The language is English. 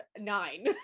nine